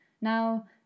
Now